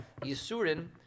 yisurin